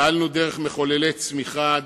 פעלנו דרך מחוללי צמיחה,